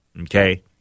okay